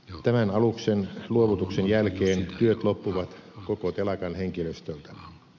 tämän aluksen luovutuksen jälkeen työt loppuvat koko telakan henkilöstöltä